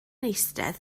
eistedd